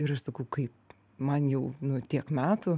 ir aš sakau kaip man jau nu tiek metų